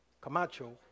Camacho